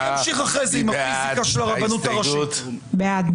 נעבור להצבעה על הסתייגות מספר 179. מי בעד?